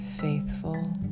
faithful